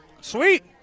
Sweet